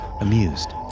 amused